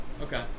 Okay